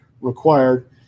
required